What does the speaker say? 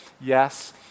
yes